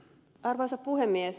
arvoisa puhemies